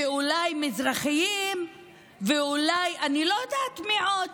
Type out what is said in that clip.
ואולי מזרחים, ואולי, אני לא יודעת מי עוד.